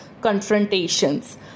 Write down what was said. confrontations